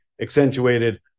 accentuated